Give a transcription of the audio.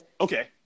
Okay